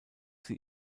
sie